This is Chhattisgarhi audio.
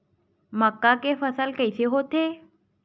मक्का के फसल कइसे होथे?